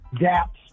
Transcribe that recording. gaps